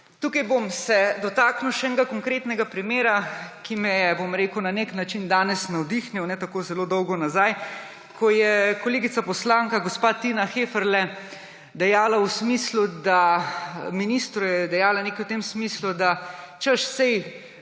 Tukaj se bom dotaknil še enega konkretnega primera, ki me je, bom rekel, na nek način danes navdihnil ne tako zelo dolgo nazaj, ko je kolegica poslanka gospa Tina Heferle ministru dejala nekaj v smislu, češ, saj